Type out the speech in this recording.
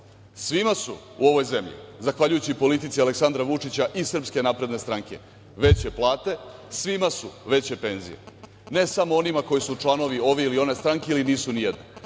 Svima su u ovoj zemlji, zahvaljujući politici Aleksandra Vučića i Srpske napredne stranke, veće plate, svima su veće penzije, ne samo onima koji su članovi ove ili one stranke ili nisu nijedne,